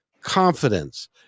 confidence